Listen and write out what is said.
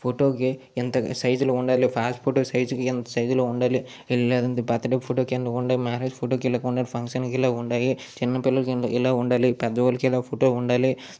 ఫోటోకి ఎంత సైజులో ఉండాలి పాస్ ఫొటోస్ సైజుకి ఎంత సైజులో ఉండాలి లేదంటే బర్త్డే ఫోటోలు ఇలాగ ఉండాలి మ్యారేజ్ ఫోటోకి ఇలాగ ఉండాలి ఫంక్షన్కి ఇలా ఉండాలి చిన్న పిల్లలకు ఇలా ఉండాలి పెద్దవాళ్ళకి ఇలా ఫోటో ఉండాలి